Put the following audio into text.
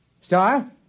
Star